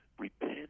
repent